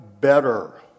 better